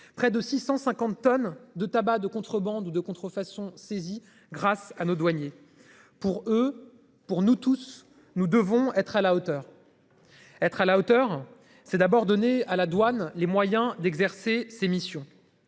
près de 650 tonnes de tabac de contrebande ou de contrefaçon saisis grâce à nos douaniers pour eux pour nous tous, nous devons être à la hauteur. Être à la hauteur. C'est d'abord donner à la douane, les moyens d'exercer ses missions.